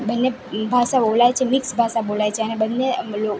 બંને ભાષા બોલાય છે મિક્સ ભાષા બોલાય છે અને બંને